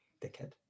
Dickhead